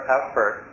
effort